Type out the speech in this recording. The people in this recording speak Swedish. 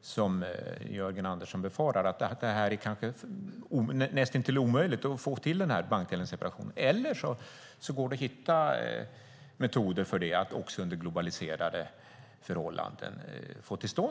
som Jörgen Andersson befarar att det är näst intill omöjligt att få till den här bankdelningen eller separationen, eller om det går att hitta metoder för att få till stånd en sådan också under globaliserade förhållanden.